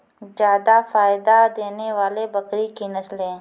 जादा फायदा देने वाले बकरी की नसले?